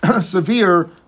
severe